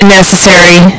necessary